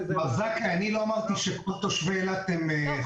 אני לא אמרתי שכל תושבי אילת הם חולי סרטן.